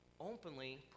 openly